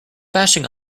bashing